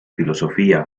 filosofía